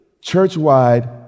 church-wide